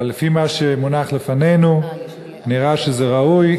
אבל לפי מה שמונח לפנינו נראה שזה ראוי,